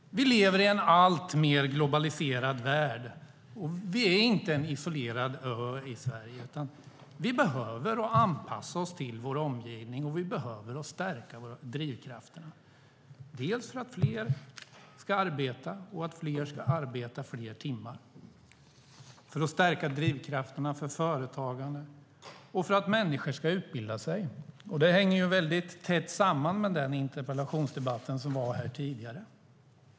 Vi lever i en alltmer globaliserad värld. Vi är inte en isolerad ö i Sverige, utan vi behöver anpassa oss till vår omgivning och stärka våra drivkrafter - för att fler ska arbeta, för att fler ska arbeta fler timmar, för att stärka drivkrafterna för företagarna och för att människor ska utbilda sig. Det hänger väldigt tätt samman med den interpellationsdebatt som var tidigare.